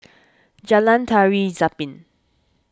Jalan Tari Zapin